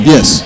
Yes